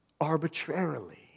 arbitrarily